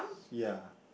ya